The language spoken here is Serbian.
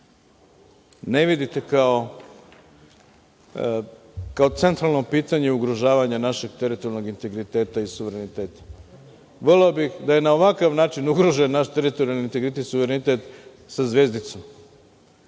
ne vidite kao centralno pitanje ugrožavanja našeg teritorijalnog integriteta i suvereniteta. Voleo bih da je na ovakav način ugrožen naš teritorijalni integritet i suverenitet sa zvezdicom.